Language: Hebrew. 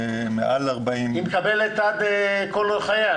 מעל 40. היא מקבלת כל חייה,